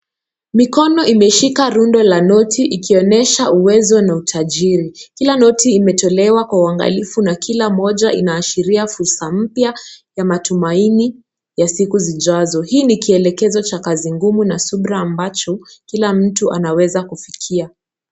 Mikono imeshika rundo la noti ikionyesha uwezo na utajiri kila noti imetolewa kwa uangalifu na kila moja inaashiria fursa mpya ya siku zijazo. Hii ni kielekezo cha kazi ngumu na subra ambacho kila mtu anaweza kufikia.